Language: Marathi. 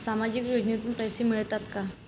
सामाजिक योजनेतून पैसे मिळतात का?